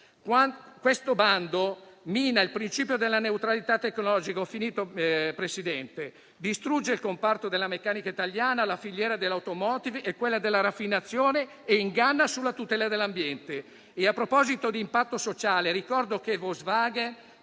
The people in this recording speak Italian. Questo bando mina il principio della neutralità tecnologica; distrugge il comparto della meccanica italiana, la filiera dell'*automotive* e quella della raffinazione e inganna sulla tutela dell'ambiente. A proposito di impatto sociale, ricordo che Volkswagen,